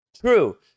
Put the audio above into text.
True